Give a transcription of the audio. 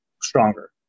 stronger